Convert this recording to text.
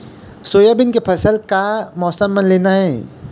Soybean के फसल का मौसम म लेना ये?